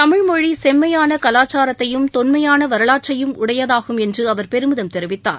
தமிழ் மொழி செம்மையான கலாச்சாரத்தையும் தொன்மையான வரலாற்றையும் உடையதாகும் என்று அவர் பெருமிதம் தெரிவித்தார்